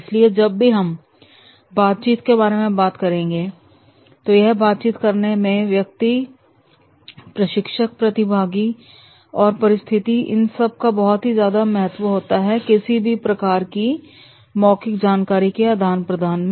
इसलिए जब भी हम बातचीत के बारे में बात करते हैं तो यह बातचीत करने में व्यक्ति प्रशिक्षक प्रतिभागी और परिस्थिति इन सब का बहुत ही ज्यादा महत्व होता है किसी भी प्रकार की मौखिक जानकारी के आदान प्रदान में